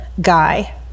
guy